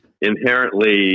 inherently